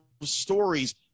stories